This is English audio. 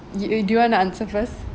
y~ uh do you want to answer first